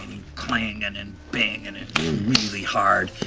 clangin' and bangin' and really hard,